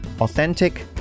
Authentic